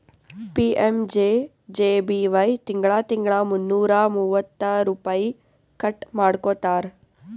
PMJJBY ತಿಂಗಳಾ ತಿಂಗಳಾ ಮುನ್ನೂರಾ ಮೂವತ್ತ ರುಪೈ ಕಟ್ ಮಾಡ್ಕೋತಾರ್